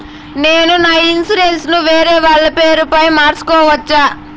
నేను నా ఇన్సూరెన్సు ను వేరేవాళ్ల పేరుపై మార్సుకోవచ్చా?